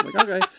Okay